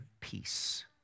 peace